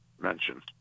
mentioned